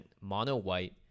mono-white